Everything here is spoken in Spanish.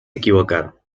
equivocar